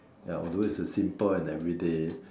ya although it's a simple and every day